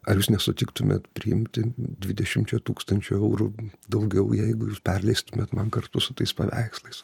ar jūs nesutiktumėt priimti dvidešimčia tūkstančių eurų daugiau jeigu jūs perleistumėt man kartu su tais paveikslais